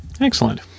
excellent